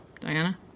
Diana